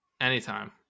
Anytime